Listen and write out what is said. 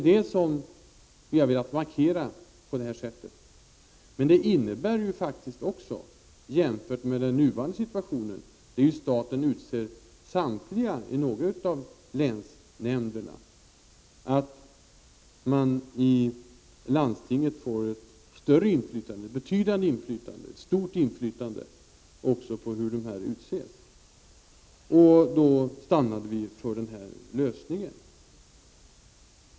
Det har vi velat markera på det här sättet. Jämfört med den nuvarande situationen, där staten utser samtliga ledamöter i några av länsnämnderna, innebär detta också att man i landstinget får ett större inflytande — ett betydande, ett stort inflytande — över hur dessa ledamöter utses. Regeringen stannade för den här lösningen.